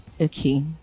okay